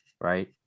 right